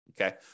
Okay